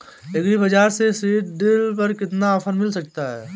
Agree Bazaar से seed drill पर कितना ऑफर मिल सकता है?